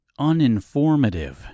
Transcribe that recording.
uninformative